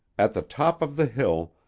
at the top of the hill,